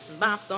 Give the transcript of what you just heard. bop